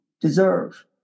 deserve